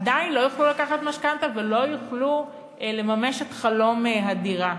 הם עדיין לא יוכלו לקחת משכנתה ולא יוכלו לממש את חלום הדירה.